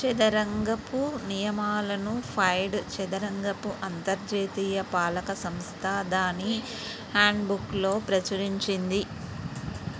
చదరంగపు నియమాలను ఫైడ్ చదరంగపు అంతర్జాతీయ పాలకసంస్థ దాని హ్యాండ్బుక్లో ప్రచురించింది